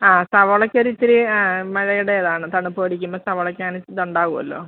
ആ സവാളയ്ക്ക് ഒരു ഇത്തിരി മഴയുടേതാണ് തണുപ്പ് അടിക്കുമ്പോൾ സവാളയ്ക്ക് അങ്ങനെ ച്ചി ഇത് ഉണ്ടാവുമല്ലോ